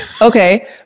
Okay